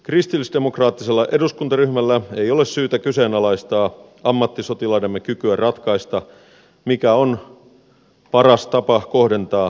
kristillisdemokraattisella eduskuntaryhmällä ei ole syytä kyseenalaistaa ammattisotilaidemme kykyä ratkaista mikä on paras tapa kohdentaa tarvittavat säästöt